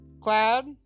Cloud